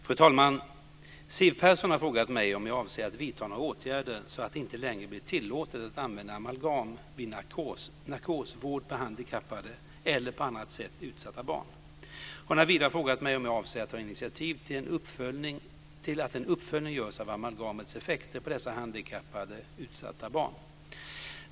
Fru talman! Siw Persson har frågat mig om jag avser att vidta några åtgärder så att det inte längre blir tillåtet att använda amalgam vid narkosvård på handikappade eller på annat sätt utsatta barn. Hon har vidare frågat mig om jag avser att ta initiativ till att en uppföljning görs av amalgamets effekter på dessa handikappade eller utsatta barn.